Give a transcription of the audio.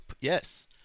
yes